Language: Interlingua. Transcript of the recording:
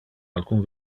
alcun